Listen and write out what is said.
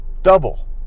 double